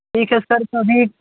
ठीक है सर तो अभी